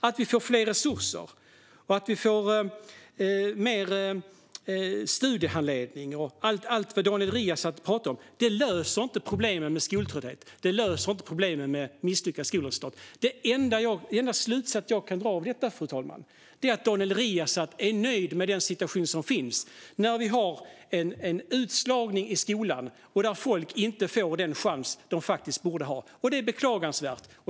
Att vi får fler resurser, mer studiehandledning och allt vad Daniel Riazat talar om löser inte problemen med skoltrötthet eller dåliga skolresultat. Den enda slutsats jag kan dra är att Daniel Riazat är nöjd med dagens situation med utslagning i skolan och att folk inte får den chans de borde få, och det är beklagansvärt.